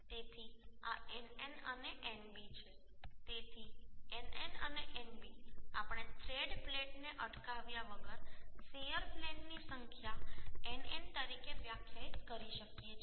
તેથી આ nn અને nb છે તેથી nn અને nb આપણે થ્રેડ પ્લેટને અટકાવ્યા વગર શીયર પ્લેનની સંખ્યા nn તરીકે વ્યાખ્યાયિત કરી શકીએ છીએ